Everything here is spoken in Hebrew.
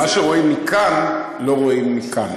מה שרואים מכאן לא רואים מכאן,